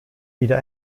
wieder